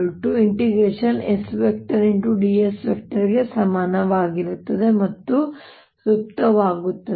dS ಗೆ ಸಮಾನವಾಗಿರುತ್ತದೆ ಮತ್ತೆ ತೃಪ್ತವಾಗುತ್ತದೆ